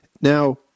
Now